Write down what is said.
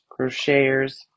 crocheters